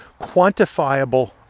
quantifiable